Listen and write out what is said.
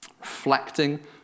Reflecting